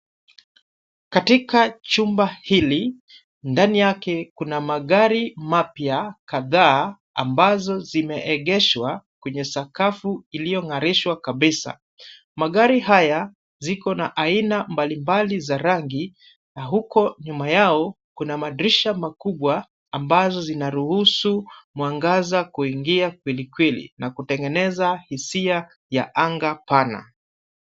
Katika jumba hili, ndani yake kuna magari mapya kadhaa ambazo zimeegeshwa kwenye sakafu iliyongarishwa kabisa. Magari haya, ziko na aina mbali mbali za rangi na huko nyuma yao kuna madirisha makubwa ambazo zinaruhusu mwangaza kuingia kweli kweli na kutengeneza hisia ya anga pana.